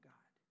God